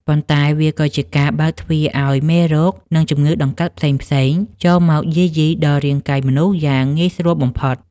ប៉ុន្តែវាក៏ជាការបើកទ្វារឱ្យមេរោគ និងជំងឺដង្កាត់ផ្សេងៗចូលមកយាយីដល់រាងកាយមនុស្សយ៉ាងងាយស្រួលបំផុត។